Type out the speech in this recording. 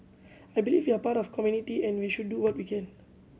I believe we are part of community and we should do what we can